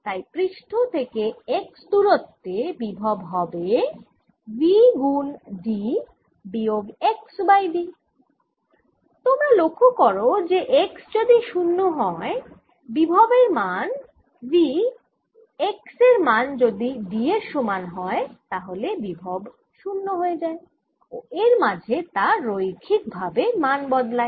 তাই পৃষ্ঠ থেকে x দূরত্বে বিভব হবে V গুণ d বিয়োগ x বাই d তোমরা লক্ষ্য করো যে x যদি 0 হয় বিভব এর মান V x এর মান যদি d এর সমান হয় তাহলে বিভব 0 হয়ে যায় ও এর মাঝে তা রৈখিক ভাবে মান বদলায়